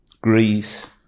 Greece